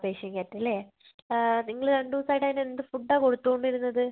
ആ പേർഷ്യൻ ക്യാറ്റല്ലേ നിങ്ങൾ രണ്ട് ദിവസായിട്ട് അതിന് എന്ത് ഫുഡാ കൊടുത്തുകൊണ്ടിരുന്നത്